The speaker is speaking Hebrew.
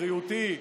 בריאותי,